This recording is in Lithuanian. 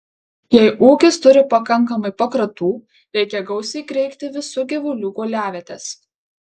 jei ūkis turi pakankamai pakratų reikia gausiai kreikti visų gyvulių guoliavietes